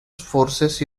forces